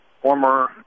former